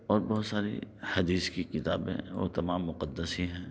اور بہت ساری حدیث کی کتابیں وہ تمام مقدس ہی ہیں